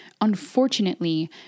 Unfortunately